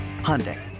Hyundai